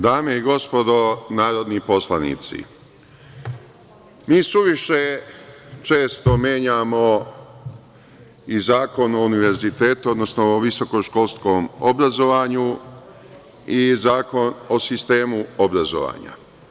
Dame i gospodo narodni poslanici, mi suviše često menjamo i Zakon o univerzitetu, odnosno o visokoškolskom obrazovanju i Zakon o sistemu obrazovanja.